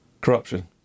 Corruption